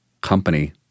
company